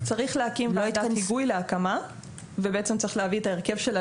צריך להקים ועדת היגוי להקמה ובעצם צריך להביא את ההרכב שלה